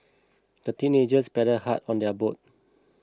the teenagers paddled hard on their boat